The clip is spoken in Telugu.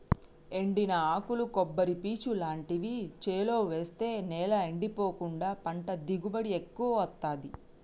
ఎండిన ఆకులు కొబ్బరి పీచు లాంటివి చేలో వేస్తె నేల ఎండిపోకుండా పంట దిగుబడి ఎక్కువొత్తదీ